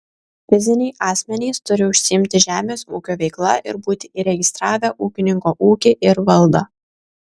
fiziniai asmenys turi užsiimti žemės ūkio veikla ir būti įregistravę ūkininko ūkį ir valdą